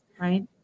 right